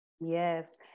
Yes